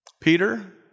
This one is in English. Peter